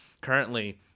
Currently